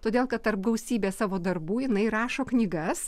todėl kad tarp gausybės savo darbų jinai rašo knygas